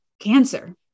cancer